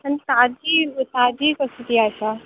आनी ताजी ताजी कसली आसा